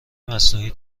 مصنوعی